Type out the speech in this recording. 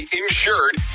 insured